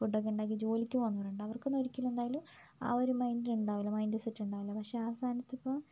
food ഒക്കെ ഉണ്ടാക്കി ജോലിക്ക് പോകുന്നവരുണ്ടാവും അവർക്കൊന്നും ഒരിക്കലും എന്തായാലും ആ ഒരു മൈൻഡിൽ ഉണ്ടാവില്ല മൈൻഡ്സെറ്റ് ഉണ്ടാവില്ല പക്ഷേ ആ സ്ഥാനത്തിപ്പോൾ